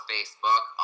Facebook